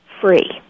free